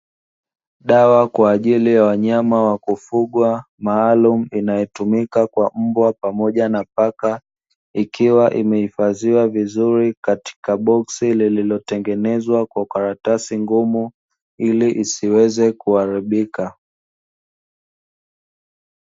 Dawa kwa ajili ya wanyama wa kufugwa maalum inayotumika kwa mbwa pamoja na paka, ikiwa imeifadhiwa vizuri katika boksi lililotengenezwa kwa karatasi ngumu ili isiweze kuharibika.